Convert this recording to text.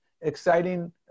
exciting